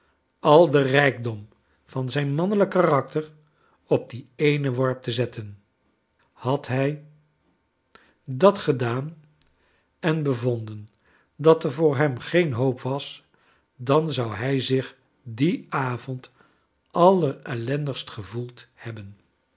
al den rijkdom van zijn mannelijk karakter op dien eenen worp te zetten had hij dat gedaan en bevonden dat er voorhem geen hoop was dan zou hij zich dien avond allerellendigst gevoeld hebben